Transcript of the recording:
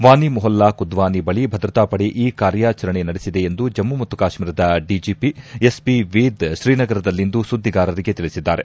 ವಾನಿ ಮೊಹಲ್ಲಾ ಕುದ್ವಾನಿ ಬಳಿ ಭದ್ರತಾ ಪಡೆ ಈ ಕಾರ್ಯಾಚರಣೆ ನಡೆಸಿದೆ ಎಂದು ಜಮ್ನು ಮತ್ತು ಕಾಶ್ಮೀರದ ಡಿಜೆಪಿ ಎಸ್ಪಿ ವೇದ್ ಶ್ರೀನಗರದಲ್ಲಿಂದು ಸುದ್ದಿಗಾರರಿಗೆ ತಿಳಿಸಿದ್ದಾರೆ